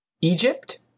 Egypt